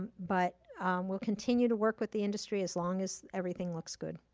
um but we'll continue to work with the industry as long as everything looks good.